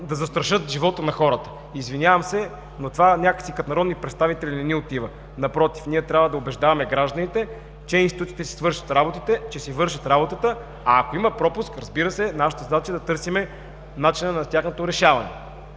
да застрашат живота на хората. Извинявам се, но това като народни представители не ни отива. Напротив, ние трябва да убеждаваме гражданите, че институциите си вършат работата, а ако има пропуск, разбира се, нашата задача е да търсим начина на тяхното решаване.